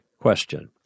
question